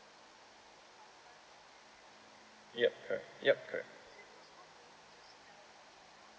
yup correct yup correct